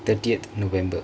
thirtieth november